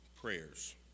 prayers